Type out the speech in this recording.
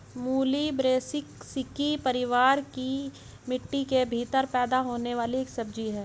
मूली ब्रैसिसेकी परिवार की मिट्टी के भीतर पैदा होने वाली एक सब्जी है